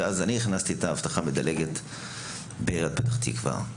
ואני הכנסתי את האבטחה המדלגת בעיריית פתח תקווה.